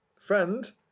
friend